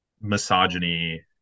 misogyny